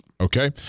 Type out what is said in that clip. Okay